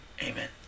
Amen